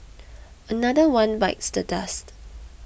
another one bites the dust